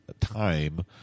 time